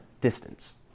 distance